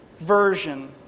version